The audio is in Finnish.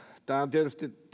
tietysti